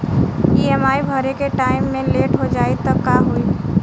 EMI भरे के time मे लेट हो जायी त का होई?